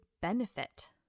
benefit